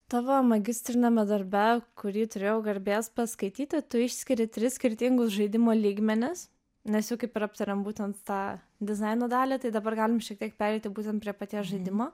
tavo magistriniame darbe kurį turėjau garbės paskaityti tu išskiri tris skirtingus žaidimo lygmenis nes jau kaip ir aptariam būtent tą dizaino dalį tai dabar galim šiek tiek pereiti būtent prie paties žaidimo